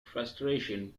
frustration